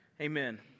Amen